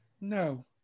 no